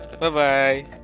Bye-bye